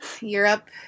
Europe